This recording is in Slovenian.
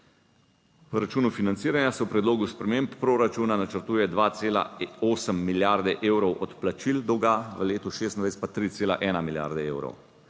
V računu financiranja se v predlogu sprememb proračuna načrtuje 2,8 milijarde evrov odplačil dolga, v letu 2026 pa 3,1 milijarde evrov.